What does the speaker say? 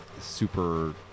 super